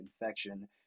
infection